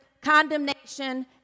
condemnation